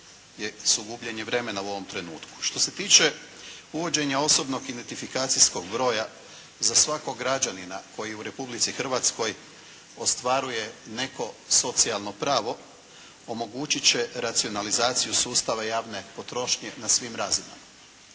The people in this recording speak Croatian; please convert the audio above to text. su gubljenje vremena u ovom trenutku. Što se tiče uvođenja osobnog identifikacijskog broja za svakog građanina koji u Republici Hrvatskoj ostvaruje neko socijalno pravo omogućit će racionalizaciju sustava javne potrošnje na svim razinama.